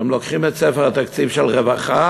אתם לוקחים את ספר התקציב של רווחה: